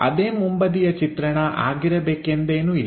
ಅದೇ ಮುಂಬದಿಯ ಚಿತ್ರಣ ಆಗಿರಬೇಕೆಂದೇನೂ ಇಲ್ಲ